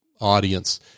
audience